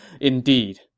Indeed